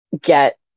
get